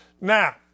Now